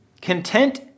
content